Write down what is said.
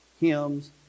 hymns